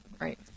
Right